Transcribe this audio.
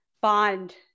bond